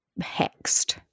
hexed